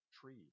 tree